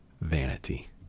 vanity